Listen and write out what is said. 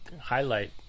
highlight